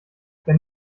wenn